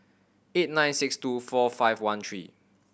eight nine six two four five one three